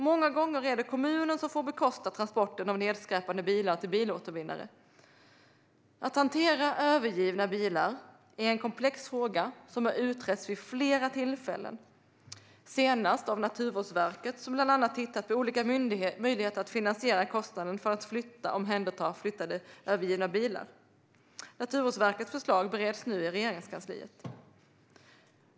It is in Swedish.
Många gånger är det kommunen som får bekosta transporten av nedskräpande bilar till en bilåtervinnare. Att hantera övergivna bilar är en komplex fråga som har utretts vid flera tillfällen, senast av Naturvårdsverket, som bland annat tittat på olika möjligheter att finansiera kostnaden för att flytta och omhänderta övergivna bilar. Naturvårdsverkets förslag bereds nu i Regeringskansliet.